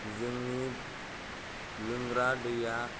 जोंनि लोंग्रा दैया